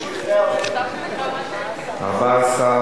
ונטילת אמצעי זיהוי) (תיקון מס' 3),